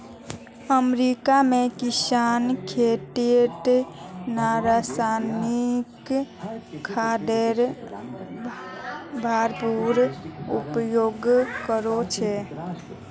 America में किसान खेतीत रासायनिक खादेर भरपूर उपयोग करो छे